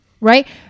Right